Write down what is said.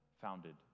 founded